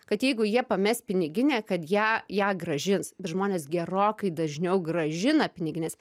kad jeigu jie pames piniginę kad ją ją grąžins bet žmonės gerokai dažniau grąžina pinigines